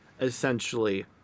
essentially